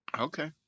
Okay